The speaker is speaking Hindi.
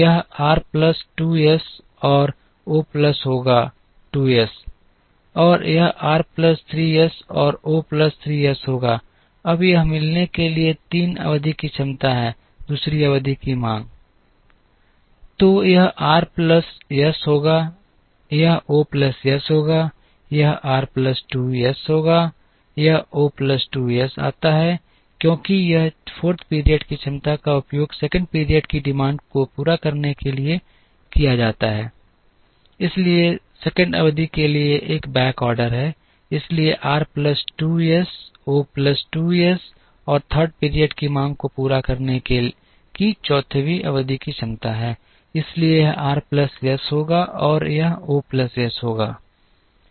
तो यह r प्लस 2 s और O प्लस होगा 2 एस और यह आर प्लस 3 एस और ओ प्लस 3 एस होगा अब यह मिलने के लिए 3 अवधि की क्षमता है दूसरी अवधि की मांग तो यह r plus s होगा यह O plus s होगा यह r plus 2 s होगा यह O plus 2 s आता है क्योंकि यह 4th पीरियड की क्षमता का उपयोग 2nd पीरियड की डिमांड को पूरा करने के लिए किया जाता है इसलिए 2 अवधि के लिए एक बैक ऑर्डर है इसलिए r plus 2 s O plus 2 s यह 3rd पीरियड की मांग को पूरा करने की 4 वीं अवधि की क्षमता है इसलिए यह r plus s होगा और यह O plus s होगा